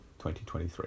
2023